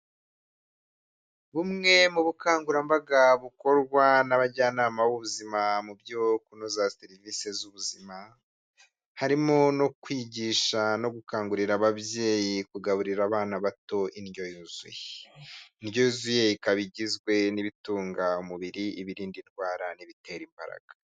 Bumwe mu bukangurambaga bukorwa n'abajyanama b'ubuzima mu byo kunoza serivisi z'ubuzima, harimo no kwigisha no gukangurira ababyeyi kugaburira abana bato indyo yuzuye, indyo yuzuye ikaba igizwe n'ibitunga umubiri, ibirinda indwara, n'ibitera imbaraga.